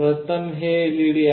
प्रथम हे LED आहे